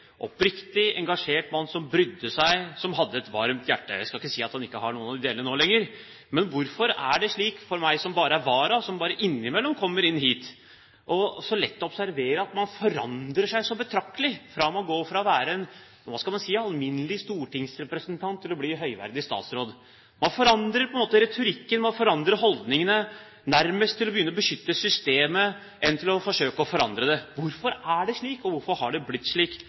oppriktig, engasjert mann, som brydde seg og hadde et varmt hjerte. Jeg skal ikke si at han ikke har noen av delene nå lenger, men hvorfor er det for meg som bare er vara, som bare innimellom kommer hit, så lett å observere at man forandrer seg så betraktelig fra man går fra å være en alminnelig stortingsrepresentant til å bli høyverdig statsråd? Man forandrer på en måte retorikken, man forandrer holdningene nærmest til å begynne å beskytte systemet snarere enn til å forsøke å forandre det. Hvorfor er det slik? Og hvorfor har det blitt slik,